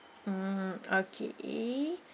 mm okay